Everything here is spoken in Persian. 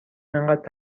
انقدر